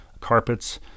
carpets